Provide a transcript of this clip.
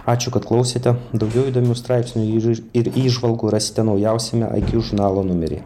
ačiū kad klausėte daugiau įdomių straipsnių ir įž ir įžvalgų rasite naujausiame iq žurnalo numeryje